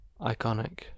iconic